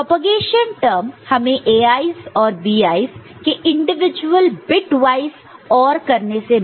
propagation term हमें Ai's और Bi's के इंडिविजुअल बिटवाइस OR करने से मिलता है